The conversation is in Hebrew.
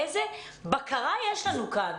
איזו בקרה יש לנו כאן?